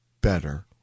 better